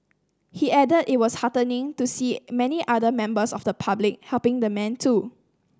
he added that it was heartening to see many other members of the public helping the man too